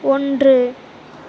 ஒன்று